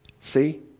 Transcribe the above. See